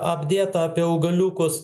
apdėta apie augaliukus